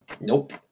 Nope